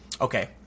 Okay